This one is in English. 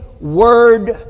word